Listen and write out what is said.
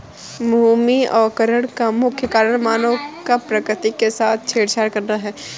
भूमि अवकरण का मुख्य कारण मानव का प्रकृति के साथ छेड़छाड़ करना है